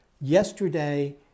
Yesterday